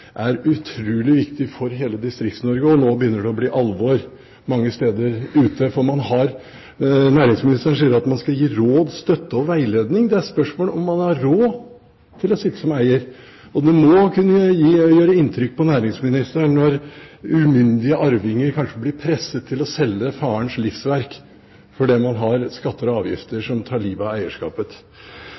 å bli alvor mange steder. Næringsministeren sier at man skal gi råd, støtte og veiledning. Det er spørsmål om man har råd til å sitte som eier. Det må kunne gjøre inntrykk på næringsministeren når umyndige arvinger kanskje blir presset til å selge farens livsverk fordi man har skatter og avgifter som tar livet av eierskapet.